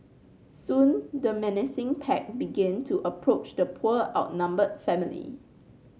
soon the menacing pack began to approach the poor outnumbered family